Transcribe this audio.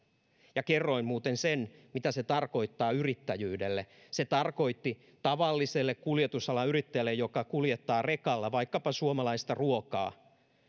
ja kerroin muuten sen mitä se tarkoittaa yrittäjyydelle se tarkoittaa tavalliselle kuljetusalan yrittäjälle joka kuljettaa rekalla vaikkapa suomalaista ruokaa